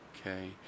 Okay